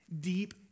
deep